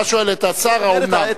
ואתה שואל את השר: האומנם?